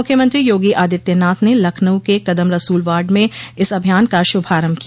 मुख्यमंत्री योगी आदित्यनाथ ने लखनऊ के कदम रसूल वार्ड में इस अभियान का शुभारम्भ किया